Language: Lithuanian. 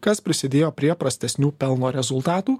kas prisidėjo prie prastesnių pelno rezultatų